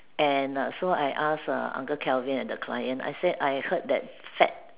and err so I ask err uncle Kelvin and the client I said I heard that fat